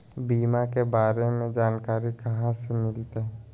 बीमा के बारे में जानकारी कहा से मिलते?